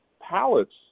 Pallets